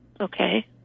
Okay